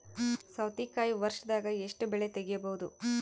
ಸೌತಿಕಾಯಿ ವರ್ಷದಾಗ್ ಎಷ್ಟ್ ಬೆಳೆ ತೆಗೆಯಬಹುದು?